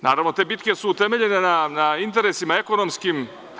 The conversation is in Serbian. Naravno, te bitke su utemeljene na interesima ekonomskim.